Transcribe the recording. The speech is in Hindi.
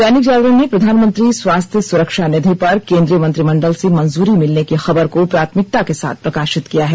दैनिक जागरण ने प्रधानमंत्री स्वास्थ्य सुरक्षा निधि पर केंद्रीय मंत्रिमंडल से मंजूरी मिलने की खबर को प्राथमिकता के साथ प्रकाशित किया है